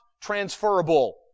transferable